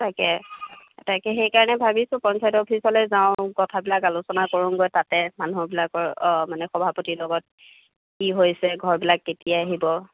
তাকে তাকে সেইকাৰণে ভাবিছোঁ পঞ্চায়ত অফিচলৈ যাওঁ কথাবিলাক আলোচনা কৰোঁগৈ তাতে মানুহবিলাকৰ অ মানে সভাপতিৰ লগত কি হৈছে ঘৰবিলাক কেতিয়া আহিব